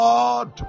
Lord